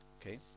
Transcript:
Okay